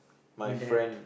my friend